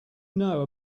know